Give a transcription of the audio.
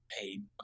paid